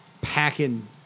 packing